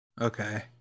Okay